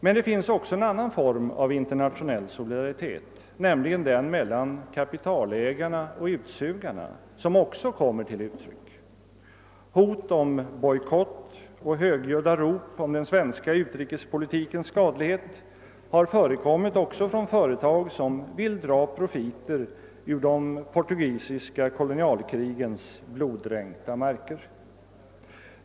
Men det finns också en annan form av internationell solidaritet, den mellan kapitalägarna och utsugarna, som kommer till uttryck. Hot om bojkott och högljudda rop om den. svenska utrikespolitikens skadlighet har förekommit även från företag som vill dra profiter ur de portugisiska kolonialkrigens bloddränkta marker.